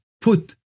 put